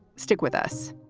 stick with us